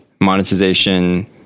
monetization